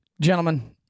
Gentlemen